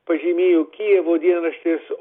pažymėjo kijevo dienraštis